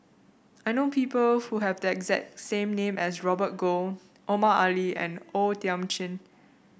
I know people who have the exact same name as Robert Goh Omar Ali and O Thiam Chin